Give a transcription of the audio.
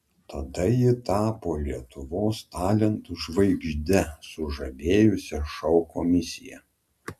tada ji tapo lietuvos talentų žvaigžde sužavėjusia šou komisiją